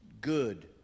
good